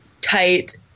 tight